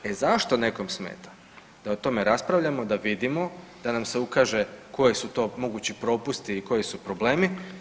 E zašto nekom smeta da o tome raspravljamo da vidimo da nam se ukaže koji su to mogući propusti i koji su problemi?